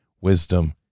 wisdom